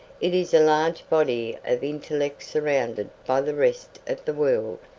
it is a large body of intellect surrounded by the rest of the world.